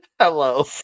Hello